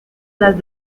las